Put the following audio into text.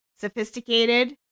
Sophisticated